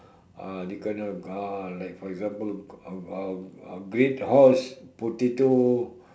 ah they gonna ah like for example uh uh uh great horse potato